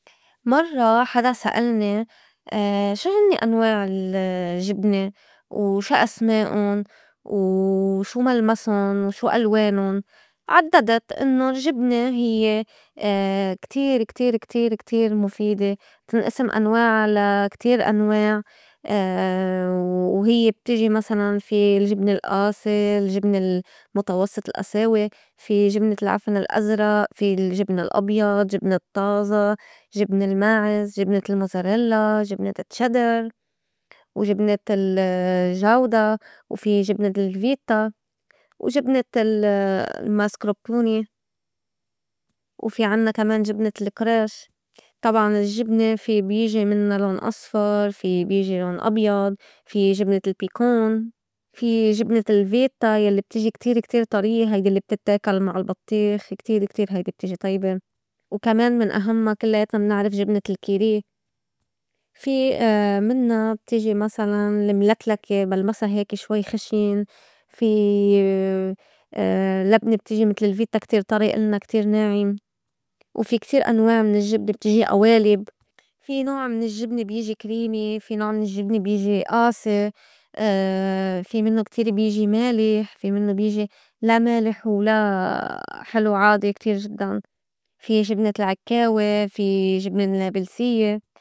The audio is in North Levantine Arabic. مرّة حدا سألني شو هنّي أنواع الجبنة؟ وشو أسمائُن؟ و شو ملمسُن؟ وشو ألوانُن؟ عدّدت إنّو الجبنة هيّ كتير- كتير- كتير- كتير مُفيدة بتنئسم أنواع لا كتير أنواع وهيّ بتيجي مسلاً في الجبنة الئاسي، الجبنة المتوسّطة الئساوي، في جبنة العفن الأزرئ، في الجبن الأبيض، جبنة الطّازة، جبنة الماعز، جبنة الموزريلّا، جبنة التشيدر، وجبنة ال- الجودا، وفي جبنة الفيتّا، وجبنة ال- الماسكربونة، وفي عنّا كمان جبنة القريش، طبعاً الجبنة في بيجي منّا لون أصفر، في بيجي لون أبيض، في جبنة البيكون، في جبنة الفتيّا الّي بتجي كتير- كتير طريّة هيدي الّي بتتّاكل مع البطّيخ كتير- كتير هيدي بتجي طيبة، وكمان من أهمّا كلّياتنا منعرف جبنة الكيري، في منّا بتجي مسلاً لملكلكة ملمسا هيك شوي خشن، في لبنة بتيجي متل الفيتّا كتير طري إلنا كتير ناعِم، وفي كتير أنواع من الجبنة بتجي أوالب، في نوع من الجبنة بيجي كريمي، في نوع من الجبنة بيجي آسي، في منّو كتير بيجي مالح، في منّو بيجي لا مالح ولا حلو وعادي كتير جدّاً، في جبنة العكّاوي، في جبنة النّابلسيّة.